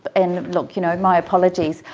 and look you know my apologies.